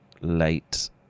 late